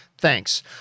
Thanks